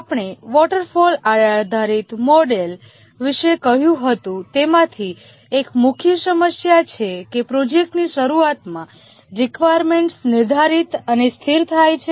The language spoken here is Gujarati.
આપણે વોટરફોલ આધારિત મોડેલ વિશે કહ્યું હતું તેમાંથી એક મુખ્ય સમસ્યા એ છે કે પ્રોજેક્ટની શરૂઆતમાં રેકવાયર્મેન્ટ નિર્ધારિત અને સ્થિર થાય છે